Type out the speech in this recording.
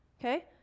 okay